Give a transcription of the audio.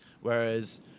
whereas